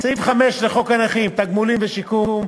סעיף 5 לחוק הנכים (תגמולים ושיקום),